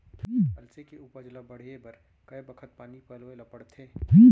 अलसी के उपज ला बढ़ए बर कय बखत पानी पलोय ल पड़थे?